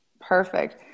Perfect